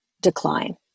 decline